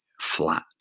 flat